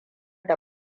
da